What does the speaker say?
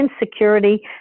insecurity